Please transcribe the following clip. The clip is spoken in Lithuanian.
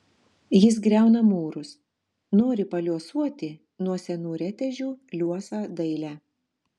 jis griauna mūrus nori paliuosuoti nuo senų retežių liuosą dailę